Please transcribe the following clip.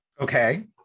Okay